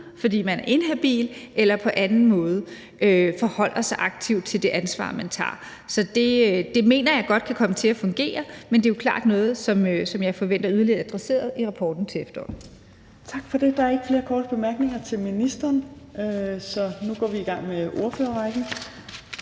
fordi man er inhabil, eller hvis man ikke på anden måde forholder sig aktivt til det ansvar, man tager. Så det mener jeg godt kan komme til at fungere, men det er jo klart noget, som jeg forventer yderligere adresseret i rapporten til efteråret. Kl. 17:36 Fjerde næstformand (Trine Torp): Tak for det. Der er ikke flere korte bemærkninger til ministeren, så nu går vi i gang med ordførerrækken.